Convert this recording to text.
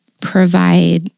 provide